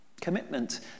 Commitment